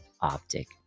Optic